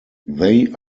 they